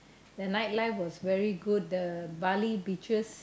the night life was very good the Bali beaches